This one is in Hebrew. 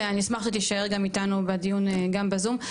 כן, אני אשמח שתישאר גם איתנו בדיון גם בזום.